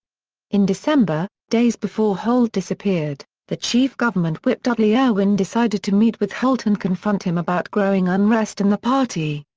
in december, days before holt disappeared, the chief government whip dudley erwin decided to meet with holt and confront him about growing unrest in the party.